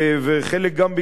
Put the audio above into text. וחלק גם בגלל,